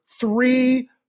three